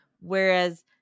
Whereas